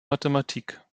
mathematik